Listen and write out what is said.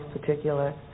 particular